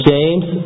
James